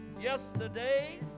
yesterday